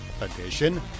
edition